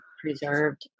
preserved